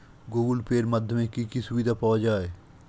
Google Pay এর মাধ্যমে কি কি সুবিধা পাওয়া যায়?